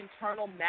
internal